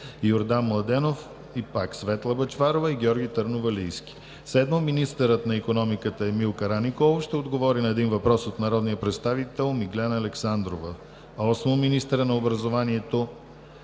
Йордан Младенов и Светла Бъчварова; и Георги Търновалийски. 7. Министърът на икономиката Емил Караниколов ще отговори на един въпрос от народния представител Миглена Александрова. 8. Министърът на образованието